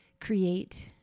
create